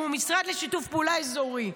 הוא מהמשרד לשיתוף פעולה אזורי.